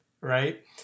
right